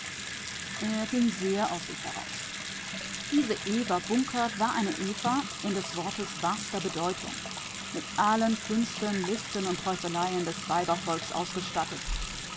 er ging sehr aus sich heraus diese eva bunkert war eine eva in des wortes wahrster bedeutung mit allen künsten listen und teufeleien des weibervolks ausgestattet